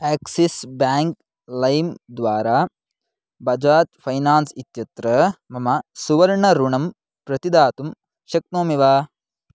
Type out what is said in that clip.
Axis bank लैम् द्वारा Bajaj finance इत्यत्र मम सुवर्णऋणं प्रतिदातुं शक्नोमि वा